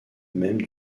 mêmes